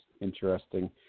interesting